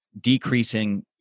decreasing